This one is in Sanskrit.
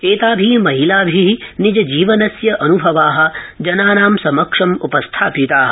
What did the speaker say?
एताभि महिलाभि निज जीवनस्य अनुभवा जनानां समक्षम् उपस्थापिता